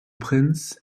prince